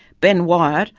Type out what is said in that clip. ben wyatt,